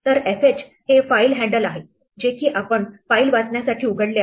तर fh हे file handle आहे जे की आपण फाईल वाचण्यासाठी उघडले आहे